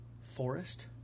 forest